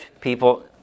People